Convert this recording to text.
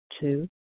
Two